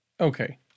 Okay